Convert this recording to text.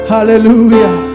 Hallelujah